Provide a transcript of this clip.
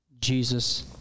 Jesus